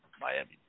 Miami